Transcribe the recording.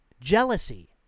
Jealousy